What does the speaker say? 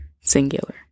Singular